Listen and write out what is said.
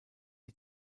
die